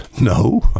No